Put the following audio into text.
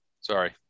Sorry